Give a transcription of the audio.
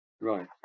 right